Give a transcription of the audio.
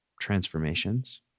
transformations